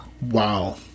Wow